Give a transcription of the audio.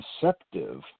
deceptive